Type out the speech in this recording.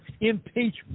Impeachment